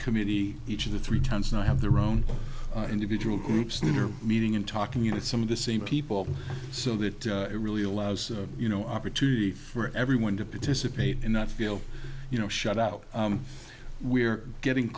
committee each of the three towns now have their own individual groups that are meeting and talking you know some of the same people so that it really allows you know opportunity for everyone to participate in that feel you know shout out we're getting